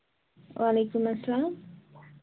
وعلیکُم اَسلام